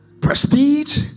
prestige